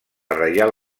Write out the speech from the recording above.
reial